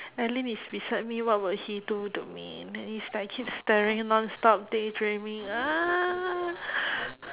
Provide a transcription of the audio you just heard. alyn is beside me what would he do to me is like keep staring nonstop daydreaming ah